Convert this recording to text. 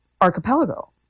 archipelago